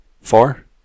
four